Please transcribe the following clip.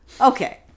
Okay